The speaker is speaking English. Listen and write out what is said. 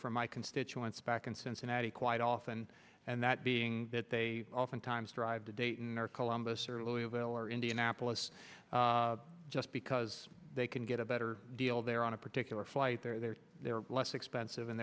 from my constituents back in cincinnati quite often and that being that they oftentimes drive to dayton or columbus or louisville or indianapolis just because they can get a better deal there on a particular flight there they're less expensive and